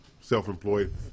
self-employed